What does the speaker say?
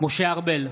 משה ארבל,